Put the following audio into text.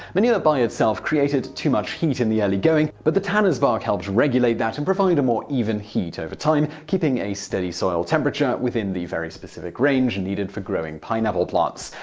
manure by itself created too much heat in the early going, but the tanners' bark helped regulate that and provide a more even heat over time, keeping a steady soil temperature within the very specific range needed for growing pineapple plants.